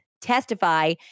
testify